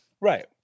Right